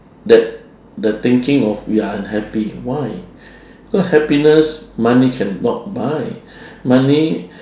that the thinking of we are unhappy why because happiness money cannot buy money